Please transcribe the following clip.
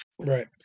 Right